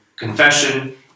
confession